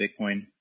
Bitcoin